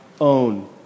own